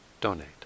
donate